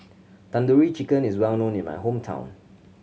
Tandoori Chicken is well known in my hometown